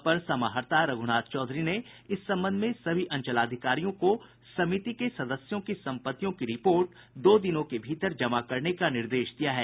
अपर समाहर्ता रघुनाथ चौधरी ने इस संबंध में सभी अंचलाधिकारियों को समिति के सदस्यों की संपत्तियों की रिपोर्ट दो दिनों के भीतर जमा करने का निर्देश दिया है